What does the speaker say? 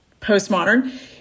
postmodern